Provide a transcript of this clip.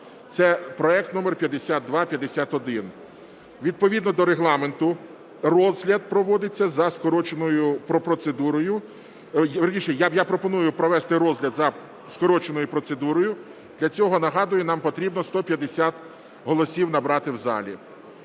це проект номер 5251. Відповідно до Регламенту розгляд проводиться за скороченою процедурою. Вірніше, я пропоную провести розгляд за скороченою процедурою, для цього, нагадую, нам потрібно 150 голосів набрати в залі.